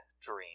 dream